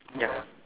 ya